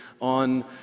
on